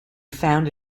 found